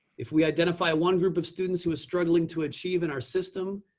if we identify one group of students who are struggling to achieve in our system,